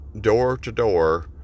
door-to-door